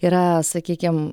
yra sakykim